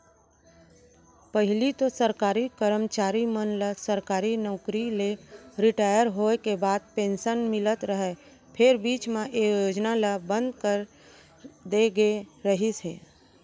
पहिली तो सरकारी करमचारी मन ल सरकारी नउकरी ले रिटायर होय के बाद पेंसन मिलत रहय फेर बीच म ए योजना ल बंद करे दे गे रिहिस हे